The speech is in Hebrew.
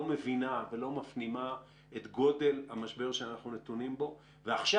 מבינה ולא מפנימה את גודל המשבר בו אנחנו נתונים ועכשיו